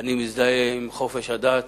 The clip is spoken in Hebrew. מזדהה עם חופש הדת,